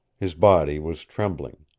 his body was trembling.